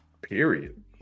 Period